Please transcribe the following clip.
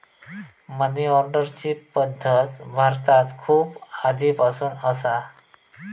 मनी ऑर्डरची पद्धत भारतात खूप आधीपासना असा